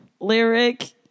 lyric